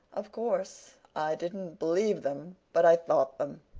of course i didn't believe them but i thought them.